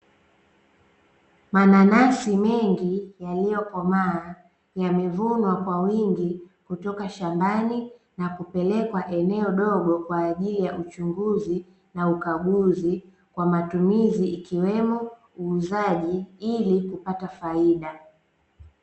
Mananasi mengi yaliyokomaa yamevunwa kwa wingi kutoka shambani, na kupelekwa eneo dogo kwaajili ya uchunguzi na ukaguzi, kwa matumizi ikiwemo uuzaji ili kupata faida.